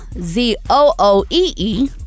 Z-O-O-E-E